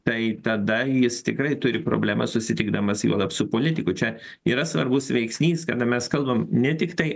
tai tada jis tikrai turi problemą susitikdamas juolab su politiku čia yra svarbus veiksnys kada mes kalbam ne tik tai